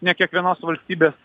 ne kiekvienos valstybės